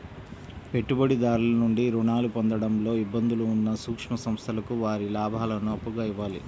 పెట్టుబడిదారుల నుండి రుణాలు పొందడంలో ఇబ్బందులు ఉన్న సూక్ష్మ సంస్థలకు వారి లాభాలను అప్పుగా ఇవ్వాలి